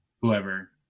whoever